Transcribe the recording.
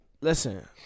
Listen